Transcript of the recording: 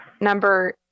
Number